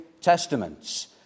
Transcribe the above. Testaments